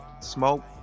smoke